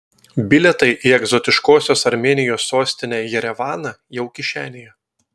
bilietai į egzotiškosios armėnijos sostinę jerevaną jau kišenėje